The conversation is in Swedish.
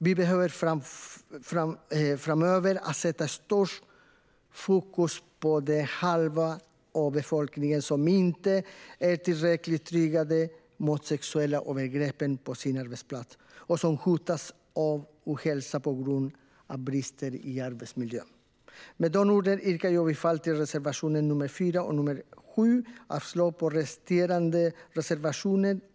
Vi behöver framöver fästa störst fokus på den halva av befolkningen som inte är tillräckligt tryggad mot sexuella övergrepp på sin arbetsplats och som hotas av ohälsa på grund av brister i arbetsmiljön. Med de orden yrkar jag bifall till reservationerna nr 4 och nr 7 och avslag på resterande reservationer.